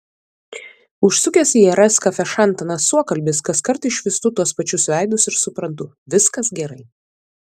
užsukęs į rs kafešantaną suokalbis kaskart išvystu tuos pačius veidus ir suprantu viskas gerai